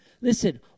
listen